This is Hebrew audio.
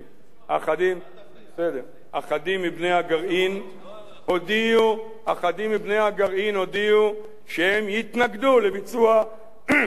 אחדים מבני הגרעין הודיעו שהם יתנגדו לביצוע פסק-הדין הזה.